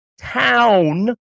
Town